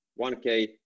1k